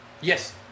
Yes